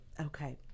okay